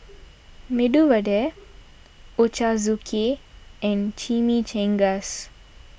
Medu Vada Ochazuki and Chimichangas